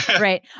right